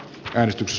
hälytys